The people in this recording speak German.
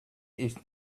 ist